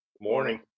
Morning